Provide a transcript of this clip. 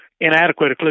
inadequate